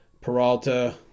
Peralta